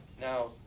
Now